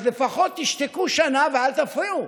לפחות תשתקו שנה ואל תפריעו.